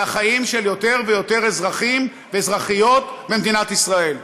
זה החיים של יותר ויותר אזרחים ואזרחיות במדינת ישראל,